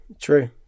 true